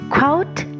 Quote